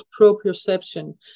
proprioception